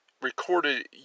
Recorded